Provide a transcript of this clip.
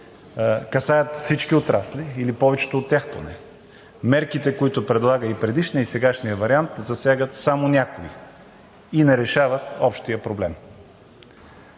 касаят всички отрасли, или повечето от тях поне. Мерките, които предлага и предишният, и сегашният вариант, засягат само някои и не решават общия проблем.